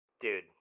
dude